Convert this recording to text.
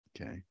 Okay